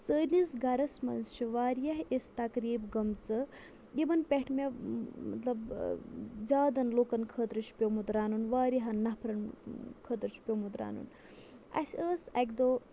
سٲنِس گَرَس منٛز چھِ واریاہ أسۍ تقریٖب گٔمژٕ یِمَن پٮ۪ٹھ مےٚ مطلب زیادَن لُکَن خٲطرٕ چھُ پیوٚومُت رَنُن واریاہَن نَفرَن خٲطرٕ چھُ پیوٚومُت رَنُن اَسہِ ٲس اَکہِ دۄہ